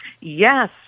Yes